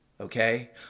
okay